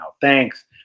thanks